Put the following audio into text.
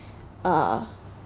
uh